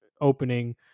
opening